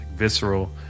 visceral